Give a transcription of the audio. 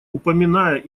упоминая